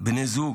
בני זוג,